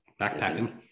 Backpacking